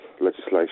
legislation